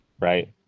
right